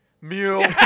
Mule